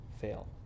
fail